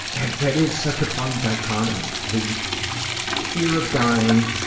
that is such a funny dichotomy. the fear of dying,